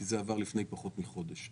כי הוא עבר לפני פחות מחודש.